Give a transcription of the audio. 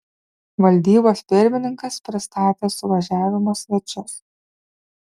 valdybos pirmininkas pristatė suvažiavimo svečius